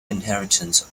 inheritance